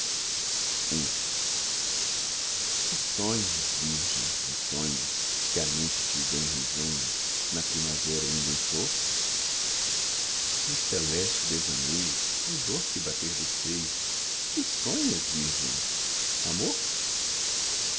que sonhas virgem nos sonhos que à mente te vem risonhos na primavera inda em flor no celeste devaneio no doce bater do seio que sonhas virgem amor